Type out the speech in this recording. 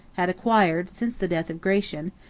had acquired, since the death of gratian,